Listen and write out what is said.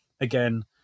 again